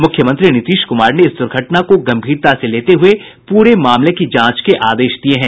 मुख्यमंत्री नीतीश कुमार ने इस दुर्घटना को गंभीरता से लेते हुए पूरे मामले की जांच के आदेश दिये हैं